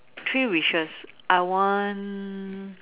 three wishes I want